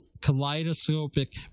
kaleidoscopic